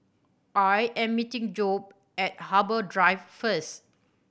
I am meeting Jobe at Harbour Drive first